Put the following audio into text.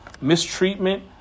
mistreatment